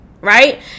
Right